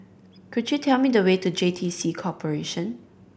could you tell me the way to J T C Corporation